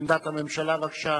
עמדת הממשלה, בבקשה.